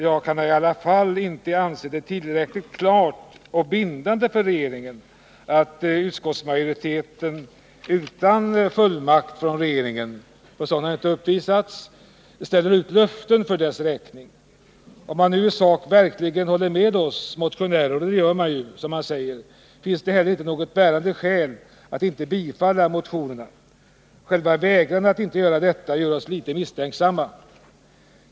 Jag kan ändå inte anse det tillräckligt klart och bindande för regeringen att utskottsmajoriteten utan fullmakt från regeringen — någon sådan har inte uppvisats — ställer ut löften för dess räkning. Om utskottsmajoriteten i sak verkligen håller med oss motionärer — och det gör man ju enligt vad man säger — finns det inte något bärande skäl för att inte tillstyrka motionerna. Själva vägran att tillstyrka motionerna gör oss litet misstänksamma.